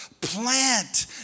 Plant